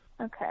Okay